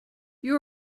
you